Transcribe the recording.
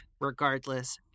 Regardless